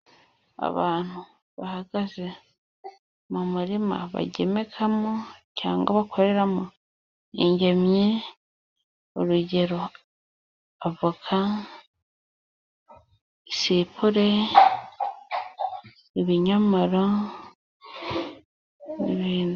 Abantu bahagaze mu murima bagemekamo cyangwa bakoreramo ingemwe urugero avoka, sipure, ibinyomoro n'ibindi.